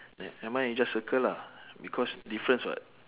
ne~ nevermind you just circle lah because difference [what]